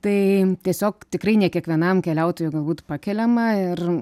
tai tiesiog tikrai ne kiekvienam keliautojui galbūt pakeliama ir